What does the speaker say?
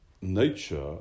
nature